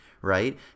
right